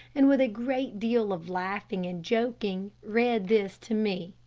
and with a great deal of laughing and joking, read this to me